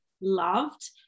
loved